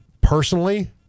Personally